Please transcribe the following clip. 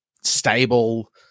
stable